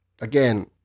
again